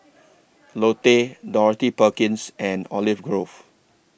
Lotte Dorothy Perkins and Olive Grove